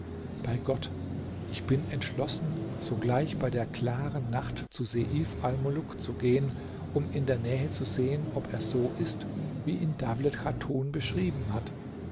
bei gott ich bin entschlossen sogleich bei der klaren nacht zu seif almuluk zu gehen um in der nähe zu sehen ob er so ist wie ihn dawlet chatun beschrieben hat